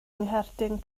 ngherdyn